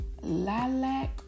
lilac